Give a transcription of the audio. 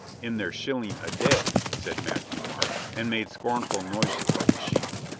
in their shilling a day, said matthieu-marc, and made scornful noises like a sheep.